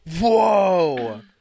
Whoa